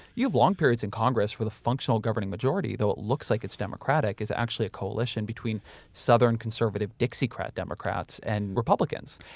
you have long periods in congress with the functional governing majority though it looks like it's democratic it's actually a coalition between southern conservative dixiecrat democrats and republicans.